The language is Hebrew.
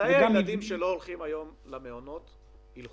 מתי הילדים שלא הולכים היום למעונות ילכו?